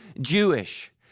Jewish